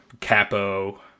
Capo